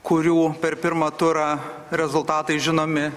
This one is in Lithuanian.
kurių per pirmą turą rezultatai žinomi